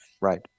right